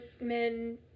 men